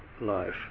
life